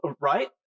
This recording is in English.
Right